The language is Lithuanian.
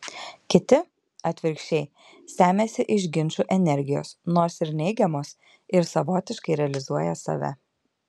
kiti atvirkščiai semiasi iš ginčų energijos nors ir neigiamos ir savotiškai realizuoja save